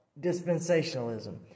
dispensationalism